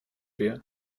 wir